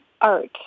art